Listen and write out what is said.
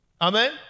Amen